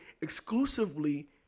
exclusively